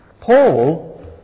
Paul